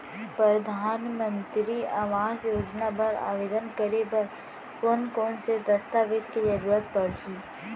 परधानमंतरी आवास योजना बर आवेदन करे बर कोन कोन से दस्तावेज के जरूरत परही?